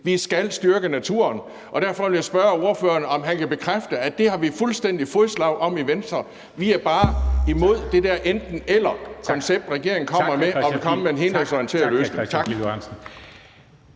Vi skal styrke naturen. Derfor vil jeg spørge ordføreren, om han kan bekræfte, at der er der fuldstændig fodslag i Venstre, men at vi bare er imod det der enten-eller-koncept, regeringen kommer med (Formanden (Henrik Dam Kristensen):